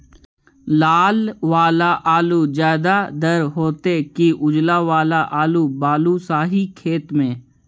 लाल वाला आलू ज्यादा दर होतै कि उजला वाला आलू बालुसाही खेत में?